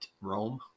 Rome